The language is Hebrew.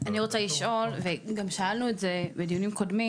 אני רוצה לשאול וגם שאלנו את זה בדיונים קודמים,